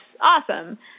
awesome